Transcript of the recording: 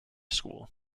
school